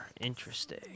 Interesting